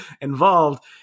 involved